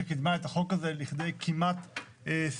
שקידמה את החוק הזה לכדי כמעט סיומת,